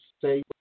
say